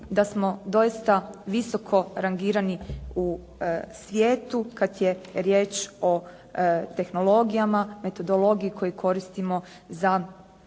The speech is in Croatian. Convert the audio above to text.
da smo doista visoko rangirani u svijetu kad je riječ o tehnologijama, metodologiji koju koristimo za